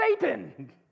Satan